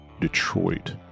Detroit